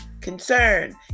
concern